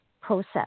process